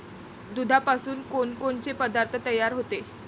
दुधापासून कोनकोनचे पदार्थ तयार होते?